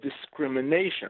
discrimination